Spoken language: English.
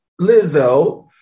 Lizzo